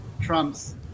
Trumps